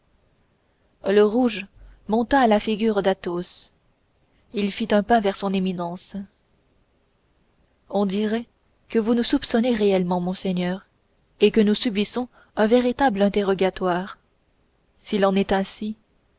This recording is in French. rouge monta à la figure d'athos il fit un pas vers son éminence on dirait que vous nous soupçonnez réellement monseigneur et que nous subissons un véritable interrogatoire s'il en est ainsi